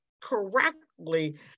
correctly